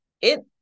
it-